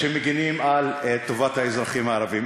שמגינים על טובת האזרחים הערבים.